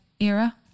era